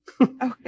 Okay